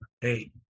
Hey